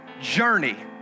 journey